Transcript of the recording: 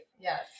Yes